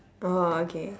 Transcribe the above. oh okay